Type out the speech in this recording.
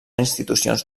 institucions